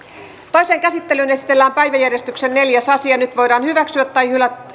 toiseen käsittelyyn esitellään päiväjärjestyksen neljäs asia nyt voidaan hyväksyä tai